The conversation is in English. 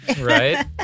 Right